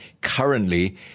currently